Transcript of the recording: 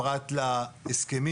פרט להסכמים,